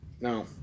no